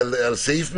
סעיף מסוים,